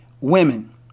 women